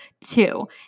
two